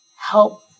help